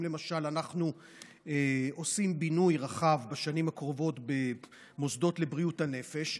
אם למשל בשנים הקרובות אנחנו עושים בינוי רחב במוסדות לבריאות הנפש,